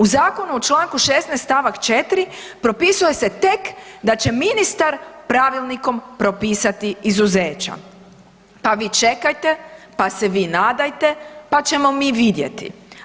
U zakonu u čl. 16. st. 4. propisuje se tek da će ministar pravilnikom propisati izuzeća, pa vi čekajte, pa se vi nadajte, pa ćemo mi vidjeti.